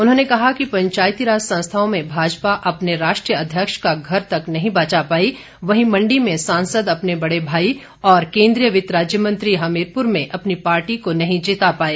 उन्होंने कहा कि पंचायतीराज संस्थाओं में भाजपा अपने राष्ट्रीय अध्यक्ष का घर तक नहीं बचा पाई वहीं मंडी में सांसद अपने बड़े भाई और केन्द्रीय वित्त राज्य मंत्री हमीरपुर में अपनी पार्टी को नहीं जिता पाए